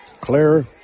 Claire